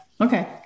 Okay